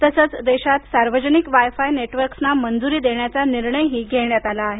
तसंच देशात सार्वजनिक वाय फाय नेटवर्क्सना मंजुरी देण्याचा निर्णयही घेण्यात आला आहे